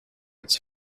its